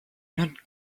not